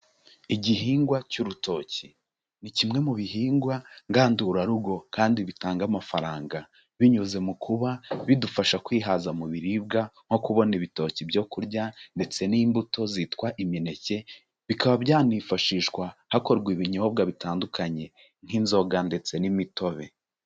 Igihingwa cy'urutoki ni kimwe mu bihingwa ngandurarugo kandi bitanga amafaranga binyuze mu kuba bidufasha kwihaza mu biribwa nko kubona ibitoki byo kurya ndetse n'imbuto zitwa imineke, bikaba byanifashishwa hakorwa ibinyobwa bitandukanye nk'inzoga ndetse n'imitobe.